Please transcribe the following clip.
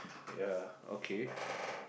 yea okay